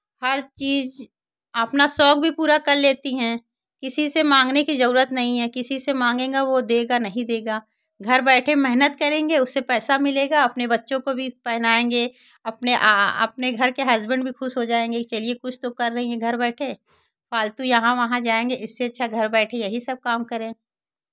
हर चीज़ अपना शौक भी पूरा कर लेती हैं किसी से मांगने की ज़रूरत नहीं है किसी से मांगेगा वो देगा नहीं देगा घर बैठे मेहनत करेंगे उससे पैसा मिलेगा अपने बच्चों को भी पहनाएँगे अपने अपने घर के हसबेन्ड भी खुश हो जाएँगे कि चलिए कुछ तो कर रही हैं घर बैठे फालतू यहाँ वहाँ जाएँगे इससे अच्छा घर बैठे यही सब काम करें